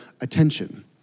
attention